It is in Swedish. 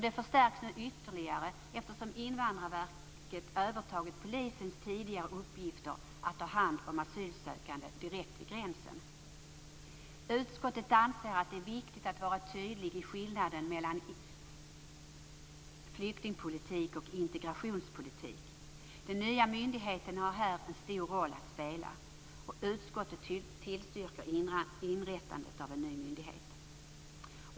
Det förstärks nu ytterligare, eftersom Invandrarverket har övertagit polisens tidigare uppgift att ta hand om asylsökande direkt vid gränsen. Utskottet anser att det är viktigt att det är en tydlig skillnad mellan flyktingpolitik och integrationspolitik. Den nya myndigheten har här en stor roll att spela. Utskottet tillstyrker inrättandet av en ny myndighet.